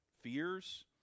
Fears